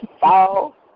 fall